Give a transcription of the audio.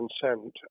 consent